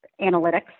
analytics